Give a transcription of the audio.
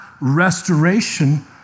restoration